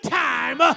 time